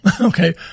okay